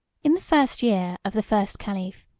in the first year of the first caliph,